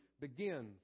begins